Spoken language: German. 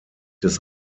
des